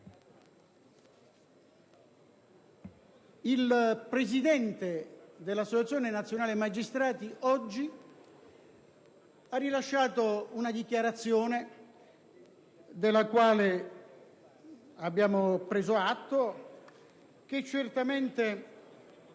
il presidente dell'Associazione nazionale magistrati ha rilasciato una dichiarazione, della quale abbiamo preso atto, che certamente